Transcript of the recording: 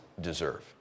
deserve